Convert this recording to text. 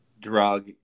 drug